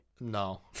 No